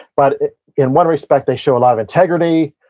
but in one respect they show a lot of integrity,